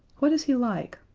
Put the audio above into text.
what is he like?